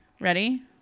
Ready